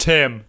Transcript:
Tim